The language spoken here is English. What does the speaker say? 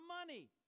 money